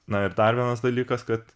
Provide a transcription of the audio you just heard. na ir dar vienas dalykas kad